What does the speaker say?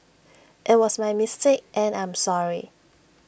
IT was my mistake and I'm sorry